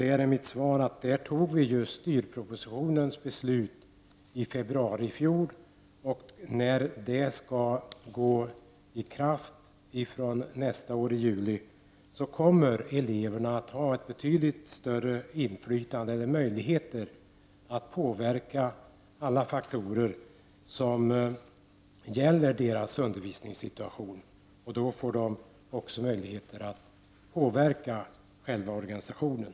Där är mitt svar att vi ju i februari i fjol antog förslaget i styrpropositionen. När beslutet träder i kraft i juli nästa år kommer eleverna att få möjligheter att påverka alla faktorer som gäller deras undervisningssituation. Då får de också möjligheter att påverka själva organisationen.